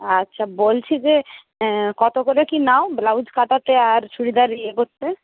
আচ্ছা বলছি যে কত করে কী নাও ব্লাউজ কাটাতে আর চুড়িদার ইয়ে করতে